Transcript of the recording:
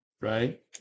right